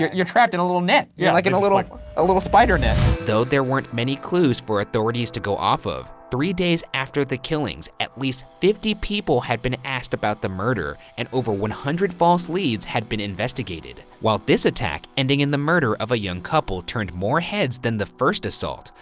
you're you're trapped in a little net. you're yeah like in a little a little spider net. though there weren't many clues for authorities to go off of, three days after the killings, at least fifty people had been asked about the murder and over one hundred false leads had been investigated. while this attack, ending in the murder of a young couple, turned more heads than the first assault,